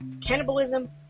cannibalism